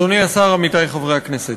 תודה לך, אדוני השר, עמיתי חברי הכנסת,